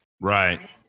Right